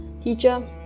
Teacher